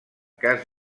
cas